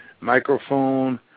microphone